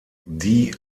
die